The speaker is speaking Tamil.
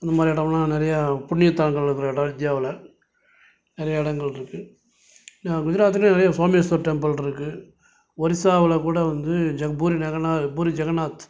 இந்த மாதிரி இடம்லாம் நிறையா புண்ணிய தலங்கள் இருக்கிற இடம் இந்தியாவில் நிறையா இடங்கள் இருக்குது குஜராத்லேயும் நிறையா சோமேஸ்வர் டெம்பிள் இருக்குது ஒரிசாவவில் கூட வந்து ஜம்பூரி பூரி ஜெகன்னாத் பூரி ஜெகன்னாத்